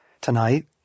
Tonight